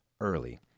early